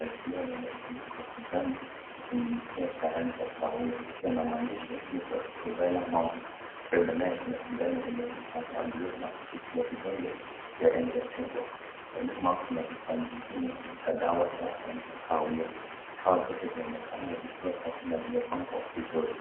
ya kioo yenye ufuniko wa kijani na rangi ya kahawia ikiwa na maandishi measeles, rubella na mumps . Karibu nayo kuna sindano yenye ncha ya buluu na pakiti zanye vidonge vya manjano. Kwa nyuma kuna chupa zingine za rangi ya kahawia. Vifaa vyote vinaonekana vikiwa safi na vimepangwa vizuri.